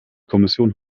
kommission